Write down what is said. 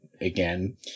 again